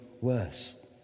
worse